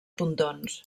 pontons